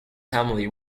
family